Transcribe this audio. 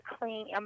clean